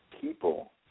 people